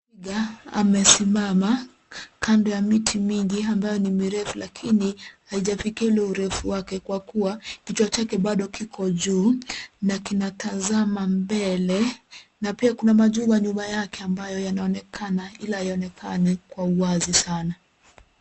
Twiga amesimama kando ya miti mingi ambayo ni mirefu lakini haijafikia ule urefu wake kwa kuwa kichwa chake bado kiko juu na kinatazama mbele na pia kuna majumba nyuma yake ambayo yanaonekana ili hayaonekani kwa uwazi sana.